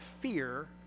fear